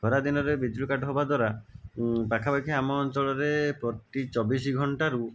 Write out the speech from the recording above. ଖରାଦିନରେ ବିଜୁଳି କାଟ ହେବା ଦ୍ଵାରା ପାଖାପାଖି ଆମ ଅଞ୍ଚଳରେ ପ୍ରତି ଚବିଶି ଘଣ୍ଟାରୁ